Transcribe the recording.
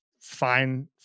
fine